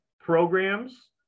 programs